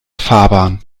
fahrbahn